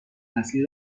نسلی